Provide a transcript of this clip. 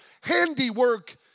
handiwork